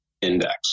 index